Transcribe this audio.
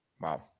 Wow